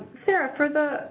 sarah, for the